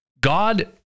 God